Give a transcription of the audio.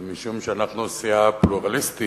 אבל משום שאנחנו סיעה פלורליסטית,